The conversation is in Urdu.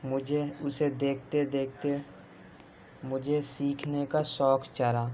مجھے اسے دیکھتے دیکھتے مجھے سیکھنے کا شوق چڑھا